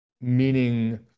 meaning